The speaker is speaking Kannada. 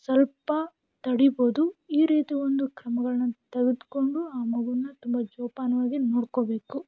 ಸ್ವಲ್ಪ ತಡೀಬೋದು ಈ ರೀತಿ ಒಂದು ಕ್ರಮಗಳನ್ನು ತೆಗೆದ್ಕೊಂಡು ಆ ಮಗೂನ ತುಂಬ ಜೋಪಾನವಾಗಿ ನೋಡ್ಕೋಬೇಕು